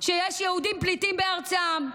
שיש יהודים פליטים בארצם,